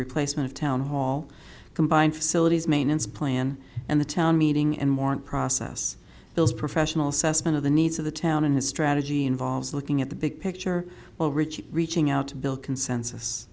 replacement of town hall combine facilities maintenance plan and the town meeting and warrant process bills professional susman of the needs of the town and his strategy involves looking at the big picture while rich reaching out to build consensus